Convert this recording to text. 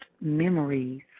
memories